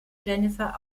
jennifer